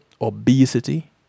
obesity